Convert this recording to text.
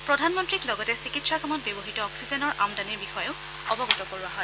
প্ৰধানমন্ত্ৰীক লগতে চিকিৎসা কামত ব্যৱহৃত অক্সিজেনৰ আমদানিৰ বিষয়েও অৱগত কৰোৱা হয়